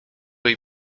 jej